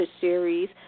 series